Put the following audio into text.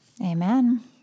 Amen